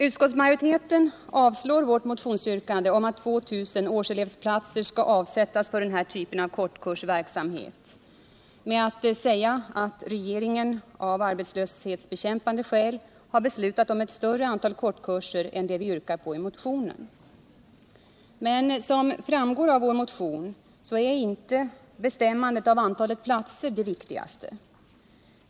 Utskottsmajoriteten har avstyrkt vårt motionsyrkande om att 2000 årselevplatser skall avsättas för den här typen av kortkursverksamhet med att säga att regeringen av arbetslöshetsbekämpande skäl har beslutat om ett större antal kortkurser än det som vi yrkar på i motionen. Men som framgår av vår motion är inte bestämmandet av antalet platser det viktigaste.